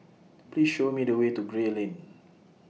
Please Show Me The Way to Gray Lane